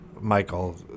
Michael